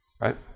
Right